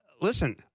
listen